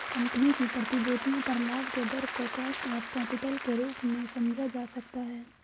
company की प्रतिभूतियों पर लाभ के दर को कॉस्ट ऑफ कैपिटल के रूप में समझा जा सकता है